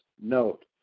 note